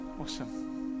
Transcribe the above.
Awesome